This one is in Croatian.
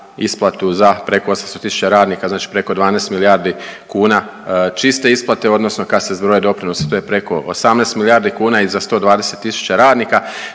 isplatu za preko 800 tisuća radnika, znači preko 12 milijardi kuna čiste isplate, odnosno kad se zbroje doprinosi, to je preko 18 milijardi kuna i za 120 tisuća radnika,